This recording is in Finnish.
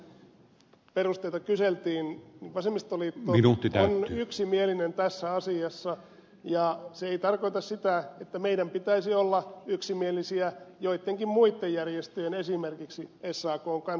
tennilän perusteita kyseltiin vasemmistoliitto on yksimielinen tässä asiassa ja se ei tarkoita sitä että meidän pitäisi olla yksimielisiä joittenkin muitten järjestöjen esimerkiksi sakn kanssa